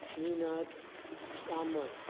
Ninad Kamat